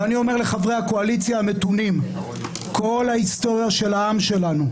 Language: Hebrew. ואני אומר לחברי הקואליציה המתונים: בכל ההיסטוריה של העם שלנו,